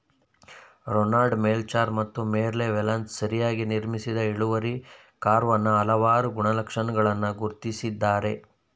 Ronald Melichar ಮತ್ತು Merle Welshons ಸರಿಯಾಗಿ ನಿರ್ಮಿಸಿದ ಇಳುವರಿ ಕರ್ವಾನ ಹಲವಾರು ಗುಣಲಕ್ಷಣಗಳನ್ನ ಗುರ್ತಿಸಿದ್ದಾರೆ